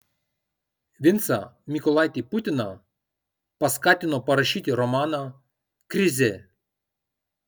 vincą mykolaitį putiną paskatino parašyti romaną krizė